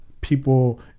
People